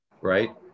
right